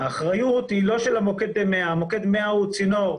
האחריות היא לא של מוקד 100. מוקד 100 הוא צינור,